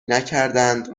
نکردند